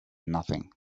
nothing